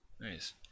Nice